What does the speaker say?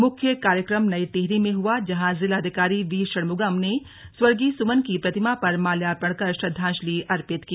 मुख्य कार्यक्रम नई टिहरी में हुआ जहां जिलाधिकारी वी षणमुगम ने स्वर्गीय सुमन की प्रतिमा पर माल्यार्पण कर श्रद्दांजली अर्पित की